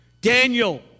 Daniel